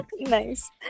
Nice